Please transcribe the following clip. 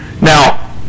Now